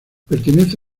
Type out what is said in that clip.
pertenece